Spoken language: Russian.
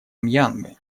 мьянмы